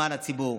למען הציבור.